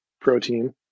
protein